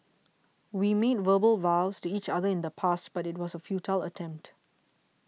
we made verbal vows to each other in the past but it was a futile attempt